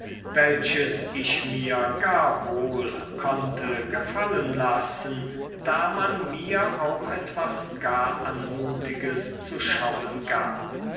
welches ich mir gar wohl konnte gefallen lassen da man mir auch etwas gar anmutiges zu schauen gab